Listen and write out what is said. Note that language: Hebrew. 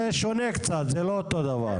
זה שונה קצת, זה לא אותו דבר.